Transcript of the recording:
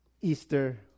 Easter